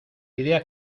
idea